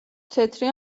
თეთრი